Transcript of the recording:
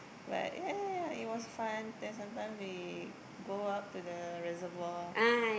but ya ya ya it was fun then sometime we go up to the reservoir